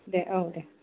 दे औ दे